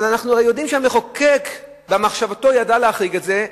אבל אנחנו הרי יודעים שהמחוקק במחשבתו ידע להחריג את זה,